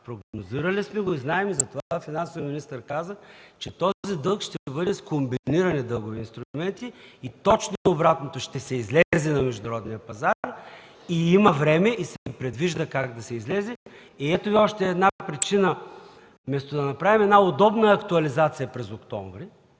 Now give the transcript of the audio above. прогнозирали сме го и знаем, и затова финансовият министър каза, че този дълг ще бъде с комбинирани дългови инструменти. И точно обратното – ще се излезе на международния пазар. И има време, и се предвижда как да се излезе. Ето Ви още една причина и вместо да направим една удобна актуализация през октомври,